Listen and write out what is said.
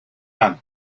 ann